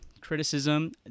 criticism